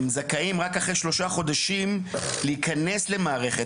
הם זכאים רק אחרי שלושה חודשים להיכנס למערכת